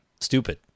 Stupid